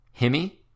Himmy